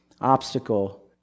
obstacle